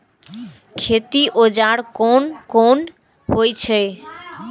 खेती औजार कोन कोन होई छै?